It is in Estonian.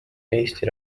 eesti